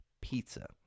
Pizza